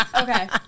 Okay